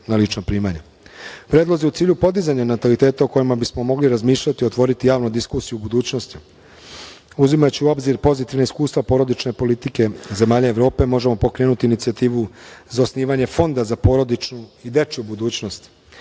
na lična primanja. Predlozi u cilju podizanja nataliteta o kojima bismo mogli razmišljati, otvoriti javnu diskusiju u budućnosti, uzimajući u obzir pozitivna iskustva porodične politike zemalja Evrope, možemo pokrenuti inicijativu za osnivanje fonda za porodičnu i dečiju budućnost